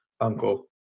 uncle